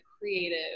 creative